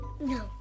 no